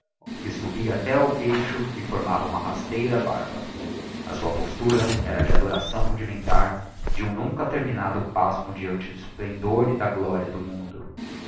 que subia até ao queixo e formava uma rasteira barba a sua postura era de adoração rudimentar de um nunca terminado pasmo deante do esplendor e da gloria do mundo